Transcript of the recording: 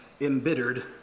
embittered